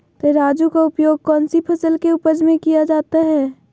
तराजू का उपयोग कौन सी फसल के उपज में किया जाता है?